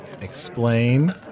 explain